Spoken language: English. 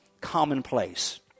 commonplace